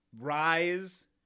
rise